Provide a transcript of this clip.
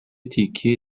تیکه